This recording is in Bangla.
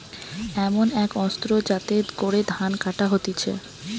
এমন এক অস্ত্র যাতে করে ধান কাটা হতিছে